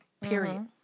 period